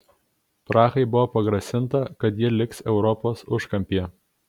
prahai buvo pagrasinta kad ji liks europos užkampyje